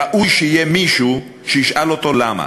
ראוי שיהיה מישהו שישאל אותו למה,